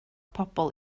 pobl